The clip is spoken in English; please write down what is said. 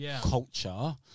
culture